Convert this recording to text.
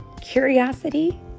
Curiosity